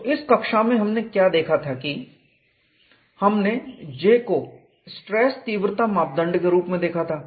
तो इस कक्षा में हमने क्या देखा था कि हमने J को स्ट्रेस तीव्रता मापदंड के रूप में देखा था